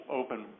open